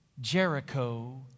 Jericho